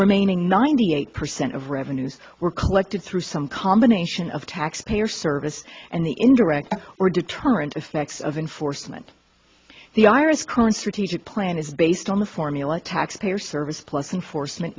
remaining ninety eight percent of revenues were collected through some combination of tax payer service and the indirect or deterrent effects of enforcement the iris current strategic plan is based on the formula tax payer service plus enforce